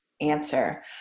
answer